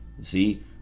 See